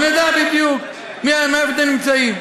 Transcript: אז נדע בדיוק איפה אתם נמצאים.